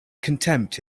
contempt